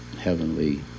heavenly